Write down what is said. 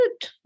Good